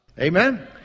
Amen